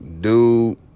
dude